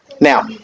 Now